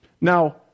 Now